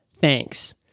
Thanks